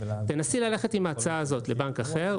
תנסי ללכת עם ההצעה הזאת לבנק אחר,